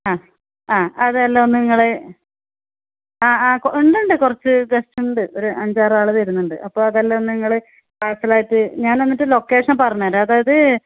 ആ ആ അതെല്ലാം ഒന്ന് നിങ്ങൾ ആ ആ ഉണ്ട് ഉണ്ട് കുറച്ച് ഗസ്റ്റുണ്ട് ഒരു അഞ്ചാറ് ആൾ വരുന്നുണ്ട് അപ്പോൾ അതെല്ലാം ഒന്ന് നിങ്ങൾ പാഴ്സലായിട്ട് ഞാൻ എന്നിട്ട് ലൊക്കേഷൻ പറഞ്ഞ് തരാം അതായത്